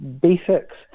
basics